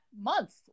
month